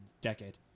decade